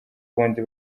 bundi